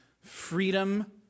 freedom